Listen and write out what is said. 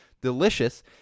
delicious